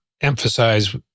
emphasize